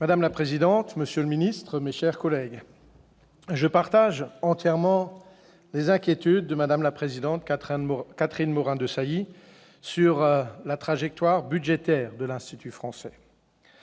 Madame la présidente, monsieur le secrétaire d'État, mes chers collègues, je partage entièrement les inquiétudes de Mme la présidente Catherine Morin-Desailly sur la trajectoire budgétaire de l'Institut français.